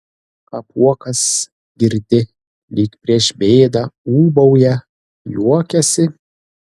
apuokas girdi lyg prieš bėdą ūbauja juokiasi